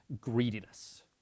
greediness